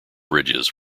bridges